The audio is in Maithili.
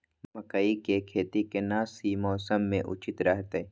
मकई के खेती केना सी मौसम मे उचित रहतय?